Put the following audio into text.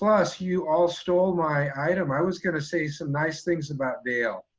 plus you all stole my item. i was gonna say some nice things about dale.